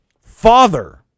father